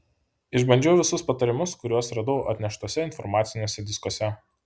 išbandžiau visus patarimus kuriuos radau atneštuose informaciniuose diskuose